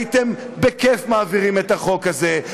הייתם בכיף מעבירים את החוק הזה.